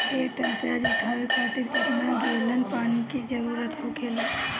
एक टन प्याज उठावे खातिर केतना गैलन पानी के जरूरत होखेला?